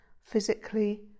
physically